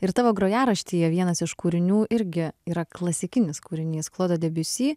ir tavo grojaraštyje vienas iš kūrinių irgi yra klasikinis kūrinys klodo debiusi